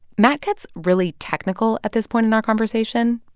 matt gets really technical at this point in our conversation.